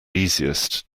easiest